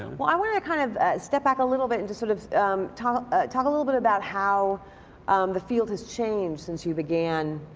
and well i want to kind of step back a little bit and to sort of talk ah talk a little bit about how the field has changed since you began